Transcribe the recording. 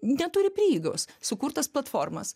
neturi prieigos sukurt tas platformas